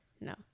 No